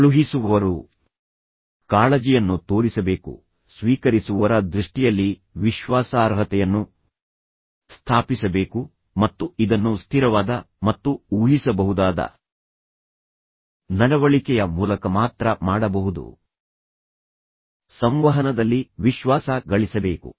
ಕಳುಹಿಸುವವರು ಕಾಳಜಿಯನ್ನು ತೋರಿಸಬೇಕು ಸ್ವೀಕರಿಸುವವರ ದೃಷ್ಟಿಯಲ್ಲಿ ವಿಶ್ವಾಸಾರ್ಹತೆಯನ್ನು ಸ್ಥಾಪಿಸಬೇಕು ಮತ್ತು ಇದನ್ನು ಸ್ಥಿರವಾದ ಮತ್ತು ಊಹಿಸಬಹುದಾದ ನಡವಳಿಕೆಯ ಮೂಲಕ ಮಾತ್ರ ಮಾಡಬಹುದು ಸಂವಹನದಲ್ಲಿ ವಿಶ್ವಾಸ ಗಳಿಸಬೇಕು